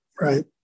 right